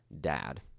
dad